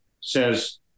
says